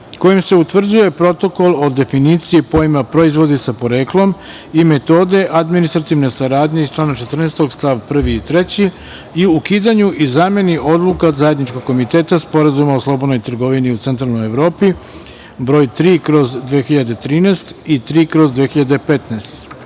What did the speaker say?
kojim se utvrđuje Protokol o definiciji pojma „proizvodi sa poreklom“ i metode administrativne saradnje iz člana 14. st 1. i 3. i ukidanju i zameni Odluka Zajedničkog komiteta Sporazuma o slobodnoj trgovini u Centralnoj Evropi br. 3/2013 i